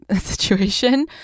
situation